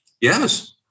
Yes